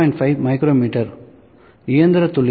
5 micrometer இயந்திர துல்லியம் ± 2